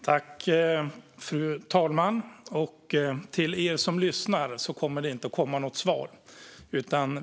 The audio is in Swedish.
Fru talman! Till dem som lyssnar vill jag säga att det inte kommer att komma något svar.